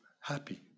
happy